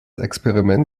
experiment